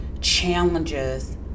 challenges